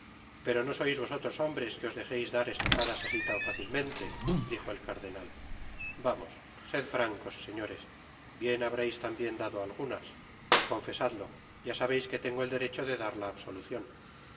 pero m sois vosotros hombres que os dejeis dar estocadas asi tan fácilmente dijo el cardenal vamos sed francos señores bien habreis tambien dado algunas confesadlo ya sabeis que tengo el derecho de dar la absolucion